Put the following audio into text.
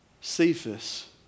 Cephas